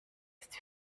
ist